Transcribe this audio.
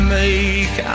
make